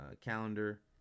calendar